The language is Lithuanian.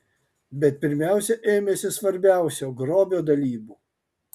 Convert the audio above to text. bet pirmiausia ėmėsi svarbiausio grobio dalybų